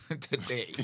today